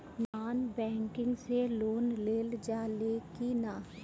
Non banking से loan लेल जा ले कि ना?